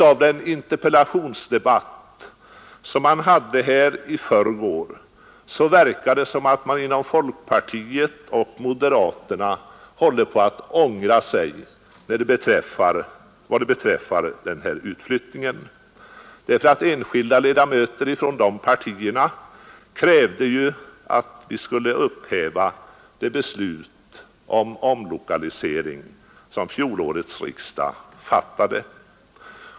Av den interpellationsdebatt som fördes här i förrgår verkar det som om man inom folkpartiet och moderaterna håller på att ångra sig vad beträffar den här utflyttningen. Enskilda ledamöter från de partierna krävde ju att vi skulle upphäva det beslut om utlokalisering som fjolårets riksdag fartade.